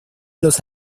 los